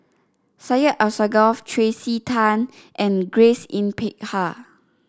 Syed Alsagoff Tracey Tan and Grace Yin Peck Ha